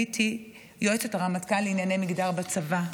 הייתי יועצת הרמטכ"ל לענייני מגדר בצבא,